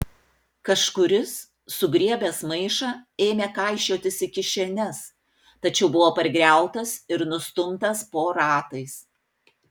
kažkuris sugriebęs maišą ėmė kaišiotis į kišenes tačiau buvo pargriautas ir nustumtas po ratais